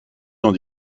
dans